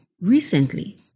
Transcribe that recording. recently